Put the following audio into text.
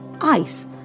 ice